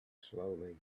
slowly